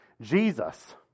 Jesus